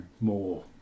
more